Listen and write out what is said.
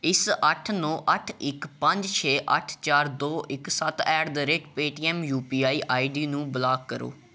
ਇਸ ਅੱਠ ਨੌਂ ਅੱਠ ਇੱਕ ਪੰਜ ਛੇ ਅੱਠ ਚਾਰ ਦੋ ਇੱਕ ਸੱਤ at the rate Paytm U P I I D ਨੂੰ ਬਲਾਕ ਕਰੋ